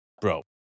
bro